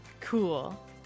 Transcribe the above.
Cool